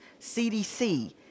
CDC